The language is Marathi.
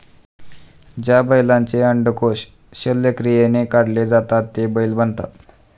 ज्या बैलांचे अंडकोष शल्यक्रियाने काढले जातात ते बैल बनतात